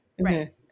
Right